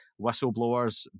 whistleblowers